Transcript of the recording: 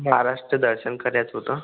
महाराष्ट्र दर्शन करायचं होतं